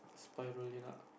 Spirulina